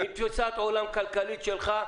עם תפיסת עולם כלכלית כמו שלך,